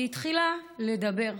היא התחילה לדבר,